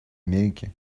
америки